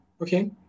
Okay